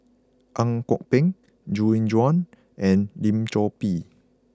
Ang Kok Peng Gu Juan and Lim Chor Pee